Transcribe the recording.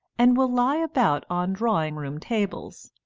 and will lie about on drawing-room tables,